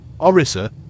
Orissa